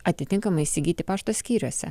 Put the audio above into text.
atitinkamai įsigyti pašto skyriuose